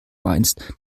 meinst